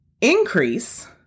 increase